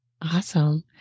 Awesome